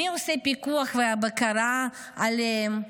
מי עושה פיקוח ובקרה עליהם?